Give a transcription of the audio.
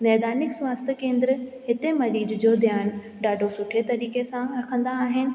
मैदानिक स्वास्थ्य केंद्र हिते मरीज़ जो ध्यानु ॾाढो सुठे तरीक़े सां कंदा आहिनि